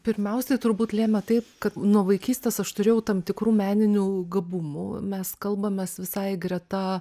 pirmiausia turbūt lėmė tai kad nuo vaikystės aš turėjau tam tikrų meninių gabumų mes kalbamės visai greta